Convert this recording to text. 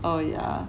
oh yeah